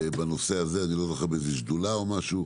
בנושא הזה, אני לא זוכר אם באיזה שדולה או משהו,